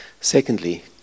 Secondly